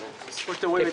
כמו שאתם רואים,